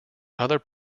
other